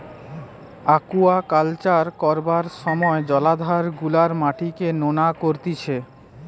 aquaculture করবার সময় জলাধার গুলার মাটিকে নোনা করতিছে